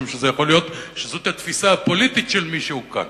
משום שיכול להיות שזאת התפיסה הפוליטית של מישהו כאן.